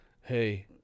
hey